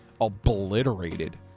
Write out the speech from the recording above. obliterated